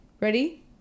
ready